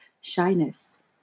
shyness